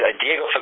Diego